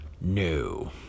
No